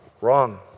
wrong